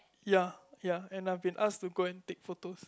ya ya and I've been asked to go and take photos